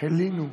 הלינו.